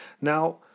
Now